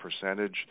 percentage